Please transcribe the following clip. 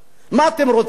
לא יאכלו?